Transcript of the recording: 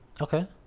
Okay